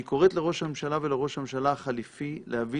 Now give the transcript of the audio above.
והיא קוראת לראש הממשלה ולראש הממשלה החליפי להביא